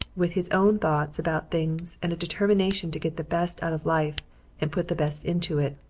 with his own thoughts about things and a determination to get the best out of life and put the best into it.